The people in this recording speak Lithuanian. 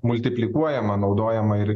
multiplikuojama naudojama ir